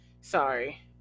Sorry